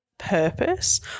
purpose